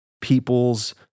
peoples